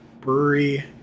brewery